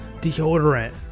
deodorant